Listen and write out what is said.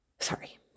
sorry